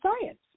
science